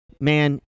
man